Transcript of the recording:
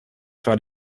faire